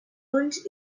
ulls